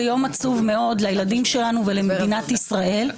זה יום עצוב מאוד לילדים שלנו ולמדינת ישראל.